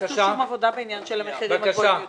לא עשו שום עבודה בעניין של המחירים הגבוהים יותר.